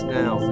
now